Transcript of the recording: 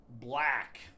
black